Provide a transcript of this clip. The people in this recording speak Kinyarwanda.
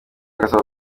gasabo